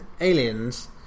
aliens